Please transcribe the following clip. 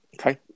Okay